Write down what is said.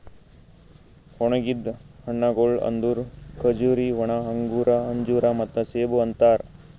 ಒಣುಗಿದ್ ಹಣ್ಣಗೊಳ್ ಅಂದುರ್ ಖಜೂರಿ, ಒಣ ಅಂಗೂರ, ಅಂಜೂರ ಮತ್ತ ಸೇಬು ಅಂತಾರ್